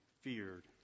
feared